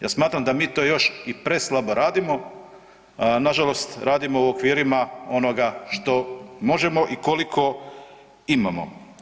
Ja smatram da mi to još i preslabo radimo, nažalost radimo u okvirima onoga što možemo i koliko imamo.